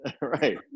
right